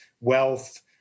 wealth